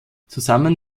zusammen